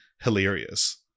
hilarious